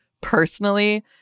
personally